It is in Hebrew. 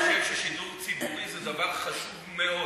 אני חושב ששידור ציבורי זה דבר חשוב מאוד.